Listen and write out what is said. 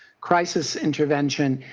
crisis intervention,